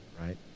right